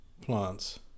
plants